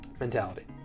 Mentality